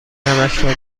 نمک